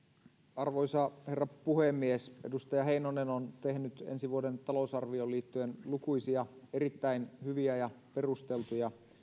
arvoisa herra puhemies edustaja heinonen on tehnyt ensi vuoden talousarvioon liittyen lukuisia erittäin hyviä ja perusteltuja